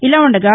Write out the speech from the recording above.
ఇలా ఉండగా